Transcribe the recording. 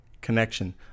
connection